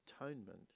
atonement